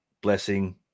Blessing